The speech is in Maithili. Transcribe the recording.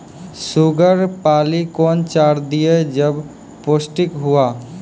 शुगर पाली कौन चार दिय जब पोस्टिक हुआ?